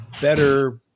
better